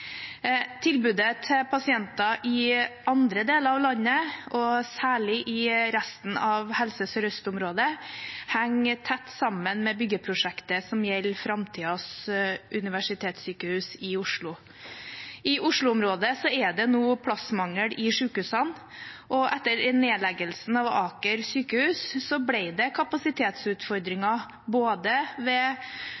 Tilbudet til pasienter i andre deler av landet, og særlig i resten av Helse Sør-Øst-området, henger tett sammen med byggeprosjektet som gjelder framtidens universitetssykehus i Oslo. I Oslo-området er det nå plassmangel i sykehusene, og etter nedleggelsen av Aker sykehus ble det